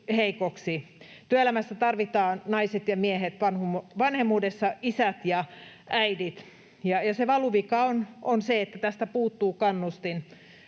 Työelämässä tarvitaan naiset ja miehet, vanhemmuudessa isät ja äidit, ja se valuvika on se, että tästä puuttuu isille kannustin